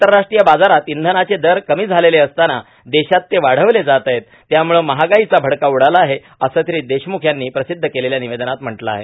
आंतरराष्ट्रीय बाजारात इंधनाचे दर कमी झालेले असताना देशात ते वाढवले जात आहेत त्यामुळं महागाईचा भडका उडाला आहे असं श्री देशमुख यांनी प्रसिद्ध केलेल्या निवेदनात म्हटलं आहे